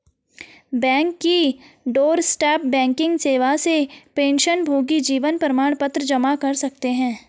bank की doorstep banking सेवा से पेंशनभोगी जीवन प्रमाण पत्र जमा कर सकते हैं